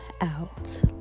out